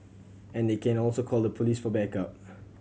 and they can also call the police for backup